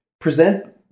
present